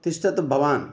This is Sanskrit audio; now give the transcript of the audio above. तिष्ठतु भवान्